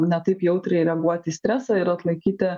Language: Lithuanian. ne taip jautriai reaguoti į stresą ir atlaikyti